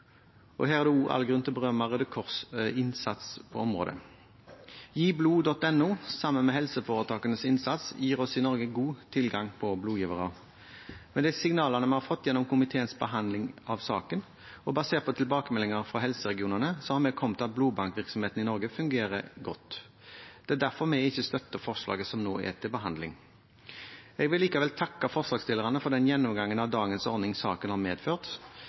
statsbudsjett. Her er det også all grunn til å berømme Røde Kors’ innsats på området. GiBlod.no, sammen med helseforetakenes innsats, gir oss i Norge god tilgang på blodgivere. Med de signalene vi har fått gjennom komiteens behandling av saken, og basert på tilbakemeldinger fra helseregionene, har vi kommet til at blodbankvirksomheten i Norge fungerer godt. Det er derfor vi ikke støtter forslaget som nå er til behandling. Jeg vil likevel takke forslagsstillerne for den gjennomgangen av dagens ordning som saken har medført.